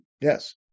Yes